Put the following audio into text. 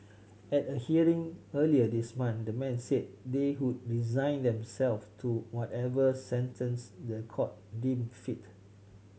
at a hearing earlier this month the men said they would resign themselves to whatever sentence the court deem fit